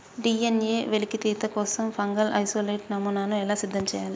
DNA వెలికితీత కోసం fungal isolate నమూనాను ఎలా సిద్ధం చెయ్యాలి?